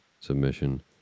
submission